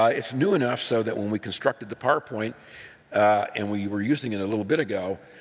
ah it's new enough so that when we constructed the power point and we were using it a little bit ago,